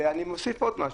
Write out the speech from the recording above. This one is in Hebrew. ואני מוסיף עוד משהו,